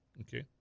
Okay